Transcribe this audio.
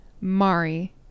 Mari